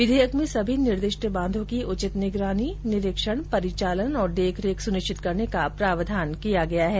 विधेयक में सभी निर्दिष्ट बांधों की उचित निगरानी निरीक्षण परिचालन और देख रेख सुनिश्चित करने का प्रावधान किया गया है